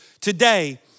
today